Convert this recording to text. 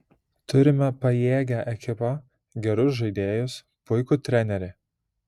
turime pajėgią ekipą gerus žaidėjus puikų trenerį